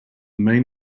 main